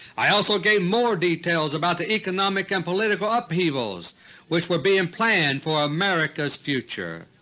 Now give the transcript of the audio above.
i also gave more details about the economic and political upheavals which were being planned for america's future.